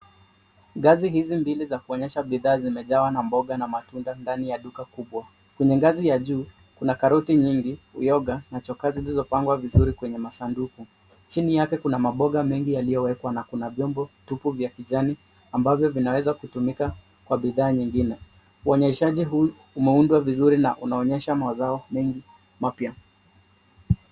Ngazi hizi mbili zakuonyesha bidhaa zimejawa na mboga na matunda ndani ya duka kubwa. Kwenye ngazi ya juu kuna karoti nyingi, uyoga na chokazi zilizopangwa vizuri kwenye masanduku. Chini yake kuna maboga mengi yaoliyowekwa na kuna vyombo vitupu vya kijani ambavyo vinaweza kutumika kwa bidhaa nyingine. Uonyeshaji huu umeundwa vizuri na unaonyesho mazao mengi mapya.